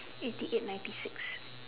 eighty eight ninety six